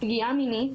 פגיעה מינית